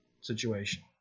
situation